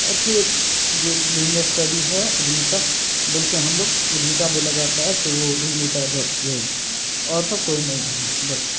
और फिर जो बिजनस स्टडी है उधमिता बोलते हैं हम लोग उधमिता बोला जाता है तो वो उधमिता बस यही और सब कोई नहीं है बस